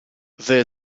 the